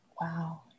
wow